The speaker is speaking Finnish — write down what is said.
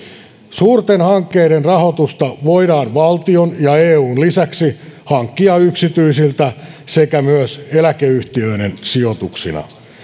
suurten hankkeiden rahoitusta voidaan valtion ja eun lisäksi hankkia yksityisiltä sekä myös eläkeyhtiöiden sijoituksina